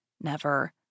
Never